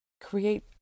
create